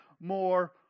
more